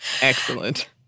Excellent